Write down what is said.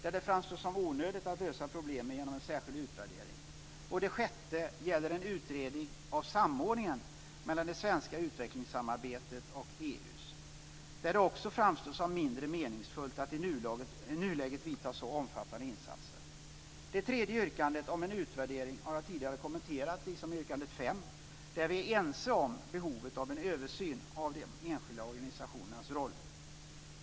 Där framstår det som onödigt att lösa problemen genom en särskild utvärdering. Det sjätte gäller en utredning av samordningen mellan det svenska utvecklingssamarbetet och EU:s. Där framstår det också som mindre meningsfullt att i nuläget göra så omfattande insatser. Det tredje yrkandet, om en utvärdering, har jag tidigare kommenterat. Detsamma gäller yrkande 5, där vi är ense om behovet av en översyn av de enskilda organisationernas roll.